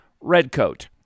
redcoat